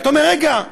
אתה אומר: רגע,